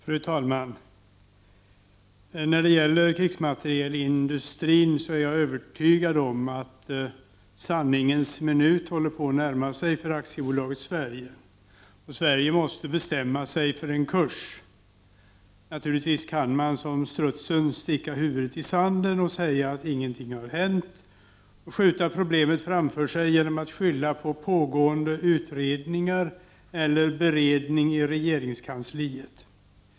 Fru talman! När det gäller krigsmaterielindustrin är jag övertygad om att sanningens minut närmar sig för Aktiebolaget Sverige. Sverige måste be stämma sig för en kurs. Naturligtvis kan man sticka huvudet i sanden som strutsen och säga att ingenting har hänt och skjuta problemen framför sig genom att skylla på pågående utredningar eller beredning i regeringskansliet.